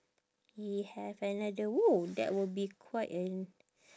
he have another !woo! that will be quite an